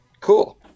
Cool